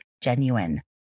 genuine